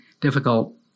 difficult